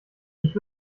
ich